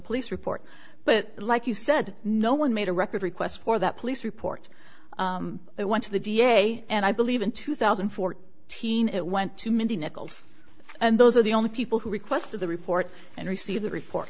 police report but like you said no one made a record request for that police report it went to the d a and i believe in two thousand and fourteen it went to mindy nichols and those are the only people who requested the report and received the repor